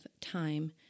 time